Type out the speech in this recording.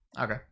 Okay